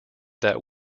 that